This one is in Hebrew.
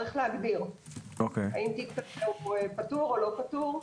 צריך להגדיר אם תיק כזה פטור או לא פטור.